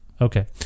Okay